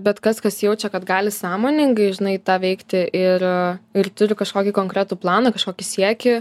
bet kas kas jaučia kad gali sąmoningai žinai tą veikti ir ir turi kažkokį konkretų planą kažkokį siekį